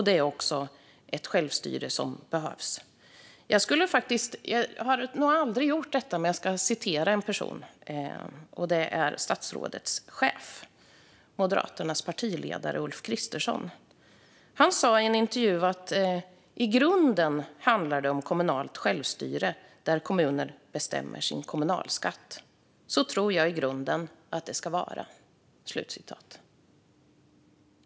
Det är också ett självstyre som behövs. Jag har nog aldrig gjort detta förut, men jag ska citera en person. Det är statsrådets chef, Moderaternas partiledare Ulf Kristersson, som i en intervju sa att "i grunden handlar det om kommunalt självstyre, där kommuner bestämmer sin kommunalskatt. Så tror jag i grunden att det ska vara."